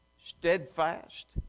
steadfast